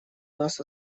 нас